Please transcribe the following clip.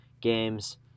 games